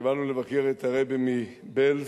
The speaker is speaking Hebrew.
כשבאנו לבקר את הרעבע מבעלז,